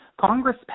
Congress